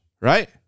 right